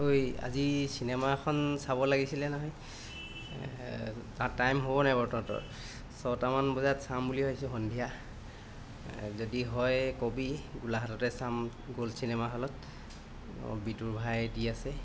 ঐ আজি চিনেমাখন চাব লাগিছিলে নহয় টা টাইম হ'বনে বাৰু তহঁতৰ ছটামান বজাত চাম বুলি ভাবিছোঁ সন্ধিয়া যদি হয় কবি গোলাহাটতে চাম গ'ল্ড চিনেমা হ'লত অঁ বিদুৰ ভাই দি আছে